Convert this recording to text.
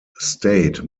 state